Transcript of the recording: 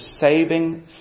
saving